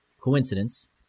coincidence